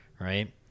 right